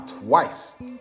twice